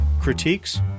critiques